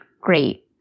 great